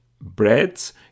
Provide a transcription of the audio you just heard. Breads